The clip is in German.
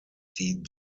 die